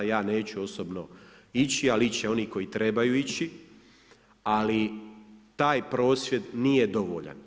Ja neću osobno ići ali ići će oni koji trebaju ići ali taj prosvjed nije dovoljan.